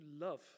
love